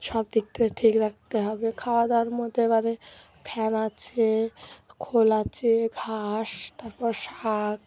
সব দিক থেকে ঠিক রাখতে হবে খাওয়া দাওয়ার মধ্যে এবারে ফ্যান আছে খোল আছে ঘাস তারপর শাক